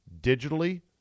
digitally